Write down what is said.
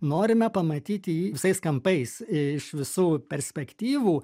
norime pamatyti jį visais kampais iš visų perspektyvų